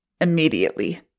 immediately